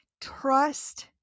Trust